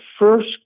first